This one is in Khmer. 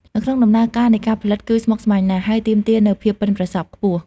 នៅក្នុងដំណើរការនៃការផលិតគឺស្មុគស្មាញណាស់ ហើយទាមទារនូវភាពប៉ិនប្រសប់ខ្ពស់។